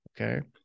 Okay